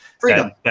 freedom